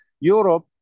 Europe